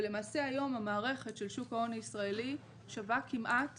ולמעשה היום המערכת של שוק ההון הישראלי שווה כמעט